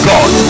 God